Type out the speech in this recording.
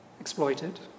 exploited